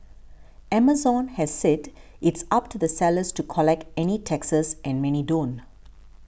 Amazon has said it's up to the sellers to collect any taxes and many don't